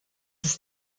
ist